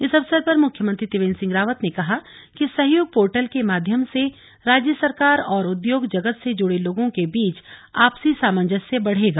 इस अवसर पर मुख्यमंत्री त्रिवेंद्र सिंह रावत ने कहा कि सहयोग पोर्टल के माध्यम से राज्य सरकार और उद्योग जगत से जुड़े लोगों के बीच आपसी सामंजस्य बढ़ेगा